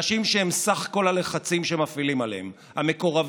אנשים שהם סך כל הלחצים שמפעילים עליהם המקורבים,